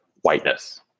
whiteness